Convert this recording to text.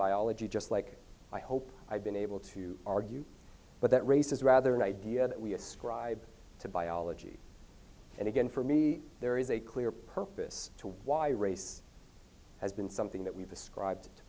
biology just like i hope i've been able to argue but that race is rather an idea that we ascribe to biology and again for me there is a clear purpose to why race has been something that we've described